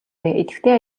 идэвхтэй